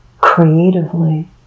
creatively